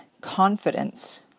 confidence